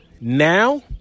now